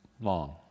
long